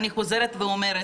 אני חוזרת ואומרת,